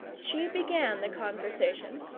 she began the conversation,